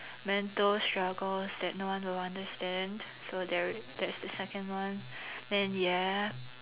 mental struggles that no one will understand so there that's the second one then ya